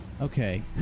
Okay